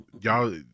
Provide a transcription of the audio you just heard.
y'all